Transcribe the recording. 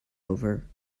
over